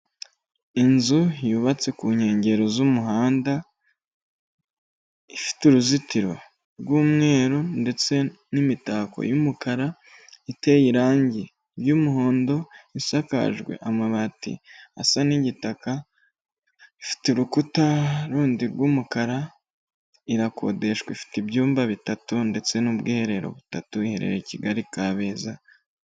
Inzu yubatse ku nkengero z'umuhanda, ifite uruzitiro rw'umweru ndetse n'imitako y'umukara, iteye irangi ry'umuhondo, isakajwe amabati asa n'igitaka, ifite urukuta rundi rw'umukara, irakodeshwa ifite ibyumba bitatu, ndetse n'ubwiherero butatu, iherereye i Kigali Kabeza.